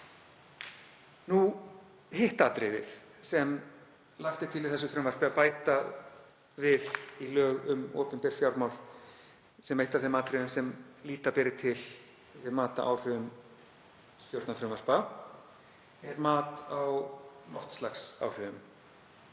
Hitt atriðið sem lagt er til í þessu frumvarpi að bætt verði við í lög um opinber fjármál, sem einu af þeim atriðum sem líta beri til við mat á áhrifum stjórnarfrumvarpa, er mat á loftslagsáhrifum.